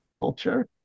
culture